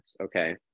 okay